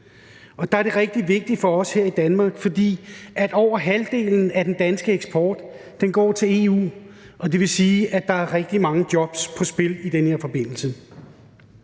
det er rigtig vigtigt for os her i Danmark, fordi over halvdelen af den danske eksport går til EU, og det vil sige, at der er rigtig mange jobs på spil i den her forbindelse.